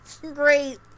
Great